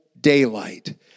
daylight